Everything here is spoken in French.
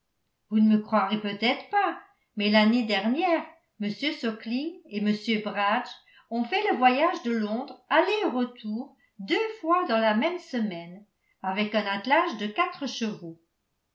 vous ne me croirez peut-être pas mais l'année dernière m sukling et m bragge ont fait le voyage de londres aller et retour deux fois dans la même semaine avec un attelage de quatre chevaux